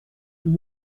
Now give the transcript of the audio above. and